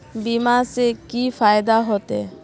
बीमा से की फायदा होते?